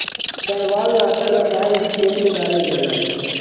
शैवालनाशक रसायन भी खेते में डालल जाला